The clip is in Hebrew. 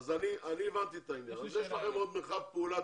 יש לכם עוד מרחב פעולה.